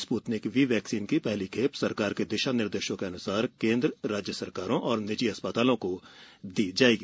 Sputnik V vaccine की पहली खेप सरकार के दिशा निर्देशों के अनुसार केंद्र राज्य सरकारों और निजी अस्पतालों को दी जाएगी